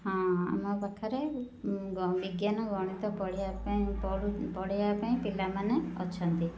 ହଁ ଆମ ପାଖରେ ବିଜ୍ଞାନ ଗଣିତ ପଢ଼ିବା ପାଇଁ ପଢ଼ିବା ପାଇଁ ପିଲାମାନେ ଅଛନ୍ତି